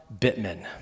Bittman